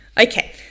Okay